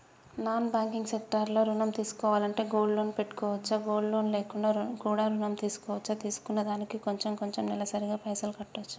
Non banking sector లో ఋణం తీసుకోవాలంటే గోల్డ్ లోన్ పెట్టుకోవచ్చా? గోల్డ్ లోన్ లేకుండా కూడా ఋణం తీసుకోవచ్చా? తీసుకున్న దానికి కొంచెం కొంచెం నెలసరి గా పైసలు కట్టొచ్చా?